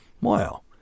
Wow